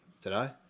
today